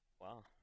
Wow